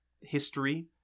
history